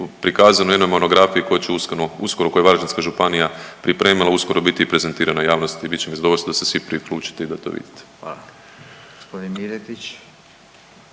prikazano u jednoj monografiji koja će uskoro, koju je Varaždinska županija pripremila uskoro biti i prezentirala javnosti i …/Govornik se ne razumije/…da se svi priključite i da to vidite. **Radin, Furio